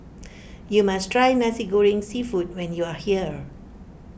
you must try Nasi Goreng Seafood when you are here